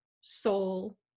soul